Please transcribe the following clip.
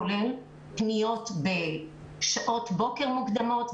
כולל פניות בשעות בוקר מוקדמות,